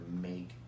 make